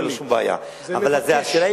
אבל השאלה היא